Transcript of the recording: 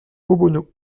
obono